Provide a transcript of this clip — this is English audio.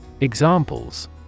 Examples